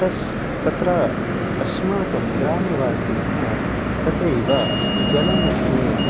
तस्य तत्र अस्माकं ग्रामवासिनः तथैव जलमध्ये